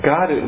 God